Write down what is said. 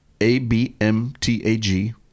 A-B-M-T-A-G